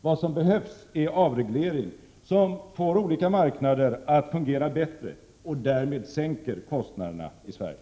Vad som behövs är avreglering, som får olika marknader att fungera bättre och därmed sänker kostnaderna i Sverige.